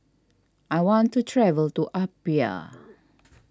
I want to travel to Apia